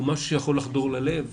הוא משהו שיכול לחדור ללב.